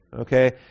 Okay